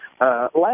last